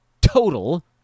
total